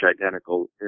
identical